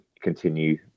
continue